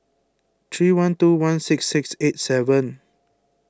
three one two one six six eight seven